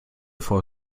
vor